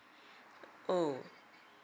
oh